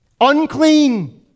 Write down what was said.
Unclean